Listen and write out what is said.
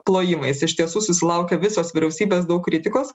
plojimais iš tiesų susilaukė visos vyriausybės daug kritikos